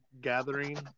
gathering